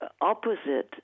opposite